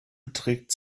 beträgt